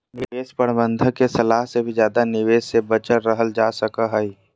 निवेश प्रबंधक के सलाह से भी ज्यादा निवेश से बचल रहल जा सको हय